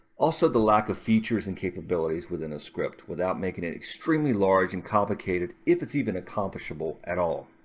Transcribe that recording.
also, the lack of features and capabilities within a script without making it extremely large and complicated, if it's even accomplishable at all.